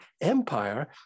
empire